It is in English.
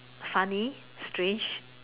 funny strange